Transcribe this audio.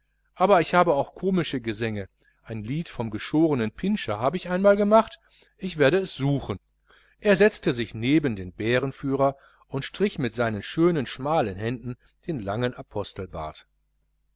aber ich habe auch komische gesänge ein lied vom geschorenen pintscher habe ich einmal gemacht ich werde es suchen er setzte sich neben den bärenführer und strich mit seinen schönen schmalen händen den langen